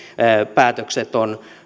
päätökset on